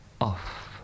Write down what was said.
off